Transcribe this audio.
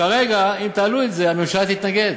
כרגע, אם תעלו את זה, הממשלה תתנגד.